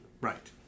Right